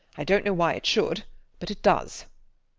i dont know why it should but it does.